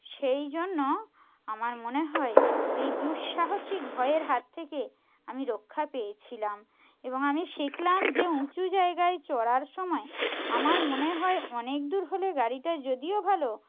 সেই জন্য আমার মনে হয় যে এই দুঃসাহসিক ভয়ের হাত থেকে আমি রক্ষা পেয়েছিলাম এবং আমি শিখলাম যে উঁচু জায়গায় চড়ার সময় আমার মনে হয় অনেক দূর হলে গাড়িটা যদিও ভালো